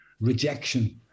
rejection